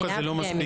לא,